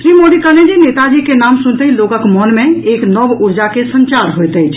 श्री मोदी कहलनि जे नेताजी के नाम सुनतहि लोकक मन मे एक नव ऊर्जा के संचार होयत अछि